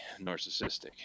narcissistic